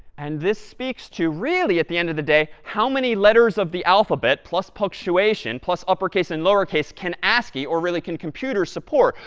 and this speaks to, really, at the end of the day, how many letters of the alphabet plus punctuation, plus uppercase and lowercase, can ascii, or really, can computers support?